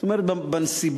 זאת אומרת, בנסיבות